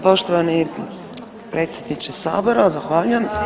Poštovani predsjedniče sabora, zahvaljujem.